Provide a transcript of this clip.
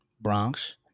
Bronx